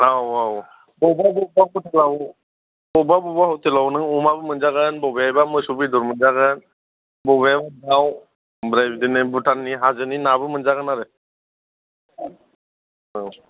औ औ बबेबा बबेबा हटेलाव बबेबा बबेबा हटेलाव नों अमाबो मोनजागोन बबेहायबा मोसौ बेदर मोनजागोन बबेयाव दाव ओमफ्राय जुदि नों भुटाननि हाजोनि नाबो मोनजागोन आरो